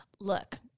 look